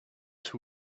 only